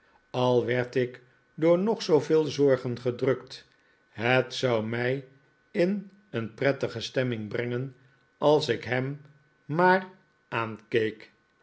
al werd ik door nog zooveel zorgen gedrukt het zou mij in een prettige stemming brengen als ik hem maar